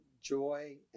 joy